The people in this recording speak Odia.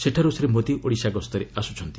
ସେଠାରୁ ଶ୍ରୀ ମୋଦି ଓଡ଼ିଶା ଗସ୍ତରେ ଆସ୍କୁଛନ୍ତି